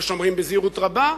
יש אומרים בזהירות רבה,